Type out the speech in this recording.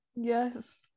yes